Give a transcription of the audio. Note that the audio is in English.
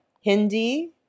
Hindi